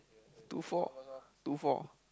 two four two four